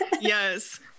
Yes